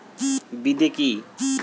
বিদে কি?